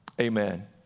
amen